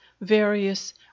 various